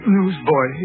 Newsboy